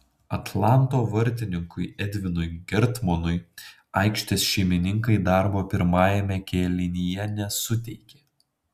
atlanto vartininkui edvinui gertmonui aikštės šeimininkai darbo pirmajame kėlinyje nesuteikė